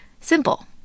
Simple